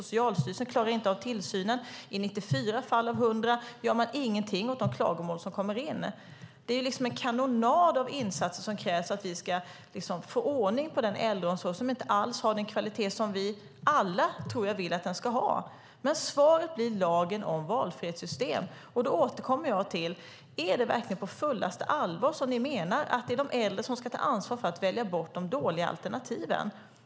Socialstyrelsen klarar inte av tillsynen - i 94 fall av 100 gör man ingenting åt de klagomål som kommer in. Det är en kanonad av insatser som krävs för att vi ska få ordning på äldreomsorgen, som inte alls har den kvalitet som vi alla vill att den ska ha. Svaret blir lagen om valfrihetssystem. Då återkommer jag till frågan: Är det verkligen på fullaste allvar som ni menar att det är de äldre som ska ta ansvaret och välja bort de dåliga alternativen?